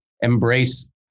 embrace